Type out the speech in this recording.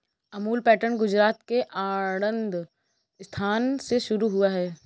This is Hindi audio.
अमूल पैटर्न गुजरात के आणंद स्थान से शुरू हुआ है